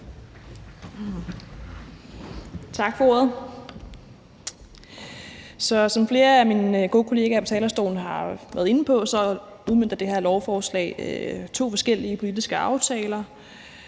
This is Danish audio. Tak for ordet. Som flere af mine gode kollegaer på talerstolen har været inde på, udmønter det her lovforslag to forskellige politiske aftaler.